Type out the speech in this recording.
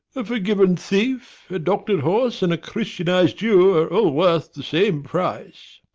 a forgiven thief, a doctored horse, and a christianised jew are all worth the same price.